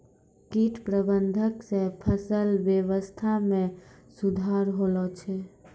कीट प्रबंधक से फसल वेवस्था मे सुधार होलो छै